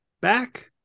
back